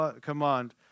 command